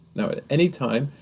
now at any time,